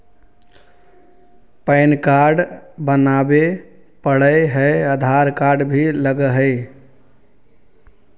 Pan card बनावे पडय है आधार कार्ड भी लगहै?